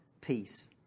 peace